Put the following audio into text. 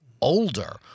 older